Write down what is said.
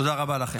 תודה רבה לכם.